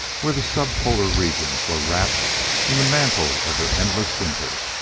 where the sub-polar regions were wrapped in the mantle of their endless winter.